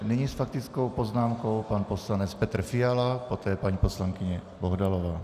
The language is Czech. Nyní s faktickou poznámkou pan poslanec Petr Fiala, poté paní poslankyně Bohdalová.